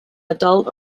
adult